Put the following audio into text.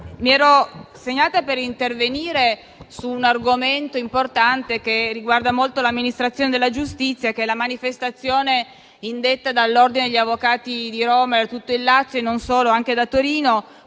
Presidente, intervengo su un argomento importante, riguardante l'amministrazione della giustizia, che è la manifestazione indetta dall'ordine degli avvocati di Roma, di tutto il Lazio e non solo, anche di Torino,